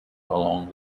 along